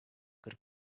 kırk